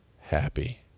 happy